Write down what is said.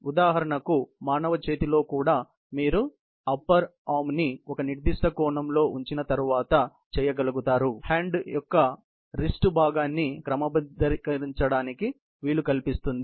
ఉదాహరణకు మానవ చేతిలో కూడా మీరు అప్పర్ ఆర్మ్ ని ఒక నిర్దిష్ట కోణంలో ఉంచిన తర్వాత మీరు చేయగలుగుతారు చేయి యొక్క రిస్ట్ భాగాన్ని క్రమబద్ధీకరించడానికి వీలు కల్పిస్తుంది